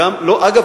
אגב,